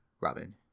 Robin